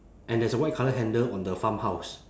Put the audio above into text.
and there's a white colour handle on the farmhouse